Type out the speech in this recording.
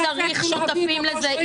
וצריך שותפים לזה.